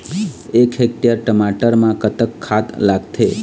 एक हेक्टेयर टमाटर म कतक खाद लागथे?